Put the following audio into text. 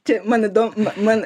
čia man įdom na man